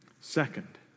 Second